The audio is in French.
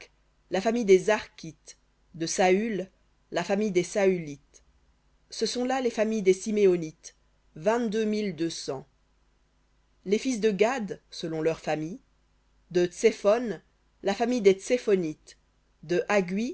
la famille des zarkhites de saül la famille des saülites ce sont là les familles des siméonites vingt-deux mille deux cents les fils de gad selon leurs familles de tsephon la famille des tsephonites de